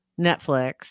Netflix